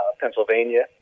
Pennsylvania